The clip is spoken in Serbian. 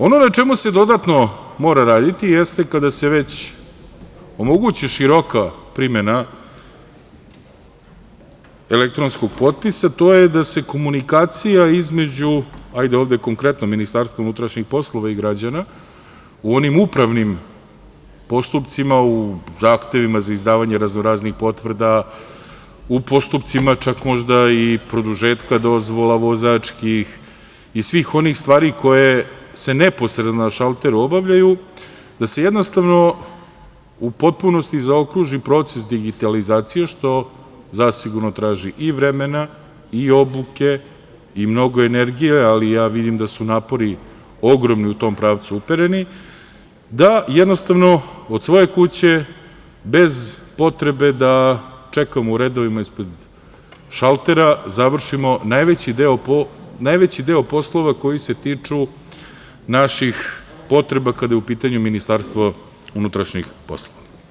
Ono na čemu se dodatno mora raditi jeste kada se već omogući široka primena elektronskog potpisa to je da se komunikacija između Ministarstva unutrašnjih poslova i građana u onim upravnim postupcima, u zahtevima za izdavanje raznoraznih potvrda, u postupcima čak možda i produžetka dozvola vozačkih i svih onih stvari koje se neposredno na šalteru obavljaju, da se u potpunosti zaokruži proces digitalizacije, što zasigurno traži i vremena i obuke i mnogo energije, ali ja vidim da su napori ogromni u tom pravcu upereni da, jednostavno, od svoje kuće, bez potrebe da čekamo u redovima ispred šaltera, završimo najveći deo poslova koji se tiču naših potreba kada je u pitanju Ministarstvo unutrašnjih poslova.